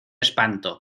espanto